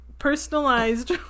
personalized